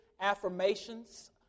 affirmations